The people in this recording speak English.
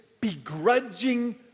begrudging